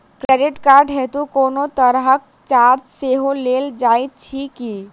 Credit card हेतु कोनो तरहक चार्ज सेहो लेल जाइत अछि की?